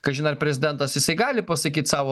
kažin ar prezidentas jisai gali pasakyt savo